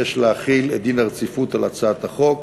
ביקש להחיל את דין הרציפות על הצעת החוק.